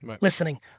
listening